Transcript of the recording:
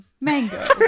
Mango